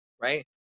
right